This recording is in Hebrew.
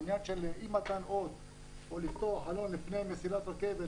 העניין של אי-מתן אות או פתיחת חלון לפני מסילת רכבת,